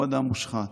הוא אדם מושחת,